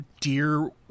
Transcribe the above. dear